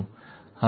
બરાબર